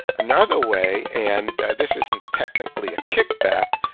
another way, and this isn't technically a kickback,